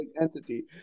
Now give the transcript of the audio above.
entity